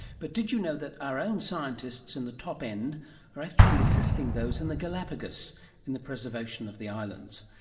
but did you know that our own scientists in the top end are actually assisting those in the galapagos in the preservation of the islands?